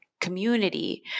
community